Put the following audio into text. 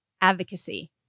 advocacy